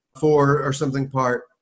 four-or-something-part